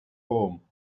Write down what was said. home